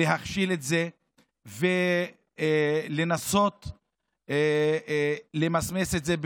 להכשיל את זה ולנסות "למסמס" את זה,